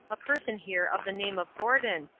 a person here of the name of gordon,